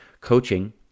coaching